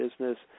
business